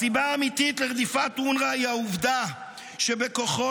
הסיבה האמיתית לרדיפת אונר"א היא העובדה שבכוחו